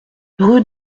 rue